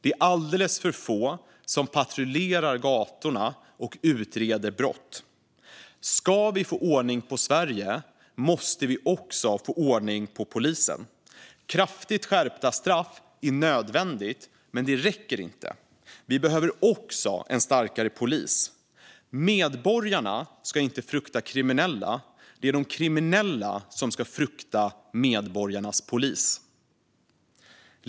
Det är alldeles för få som patrullerar gatorna och utreder brott. Ska vi få ordning på Sverige måste vi också få ordning på polisen. Kraftigt skärpta straff är nödvändigt, men det räcker inte. Vi behöver också ett starkare polisväsen. Medborgarna ska inte frukta de kriminella; de kriminella ska frukta medborgarnas polis.